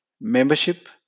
membership